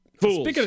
fools